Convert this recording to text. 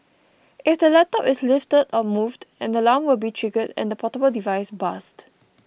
if the laptop is lifted or moved an alarm will be triggered and the portable device buzzed